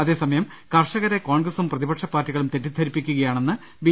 അതേസമയം കർഷകരെ കോൺഗ്രസും പ്രതിപക്ഷ പാർട്ടികളും തെറ്റിദ്ധരി പ്പിക്കുകയാണെന്ന് ബി